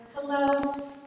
hello